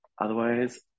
Otherwise